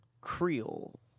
Creole